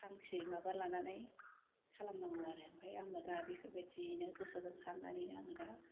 थांखि माबा लानानै खालामनांगौ आरो आमफ्राइ आङो दा बेफोरबायदियैनो गोसोजों सान्नानैनो आङो दा